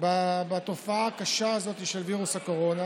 בתופעה הקשה הזאת של וירוס הקורונה,